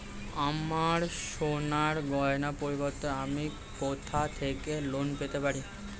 আমার সোনার গয়নার পরিবর্তে আমি কোথা থেকে লোন পেতে পারি?